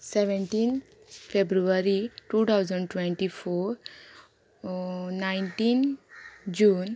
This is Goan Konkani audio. सॅवँटीन फेब्रुवारी टू ठावजण ट्वँटी फोर णायंटीन जून